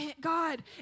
God